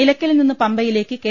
നിലയ്ക്ക ലിൽനിന്ന് പമ്പയിലേക്ക് കെ